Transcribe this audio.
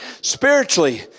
spiritually